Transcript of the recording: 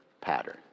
pattern